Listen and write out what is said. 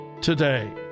today